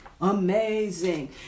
Amazing